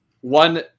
One